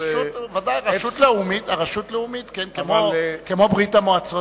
רשות לאומית, כמו ברית-המועצות.